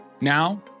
Now